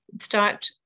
start